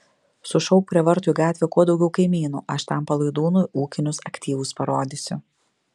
sušauk prie vartų į gatvę kuo daugiau kaimynų aš tam palaidūnui ūkinius aktyvus parodysiu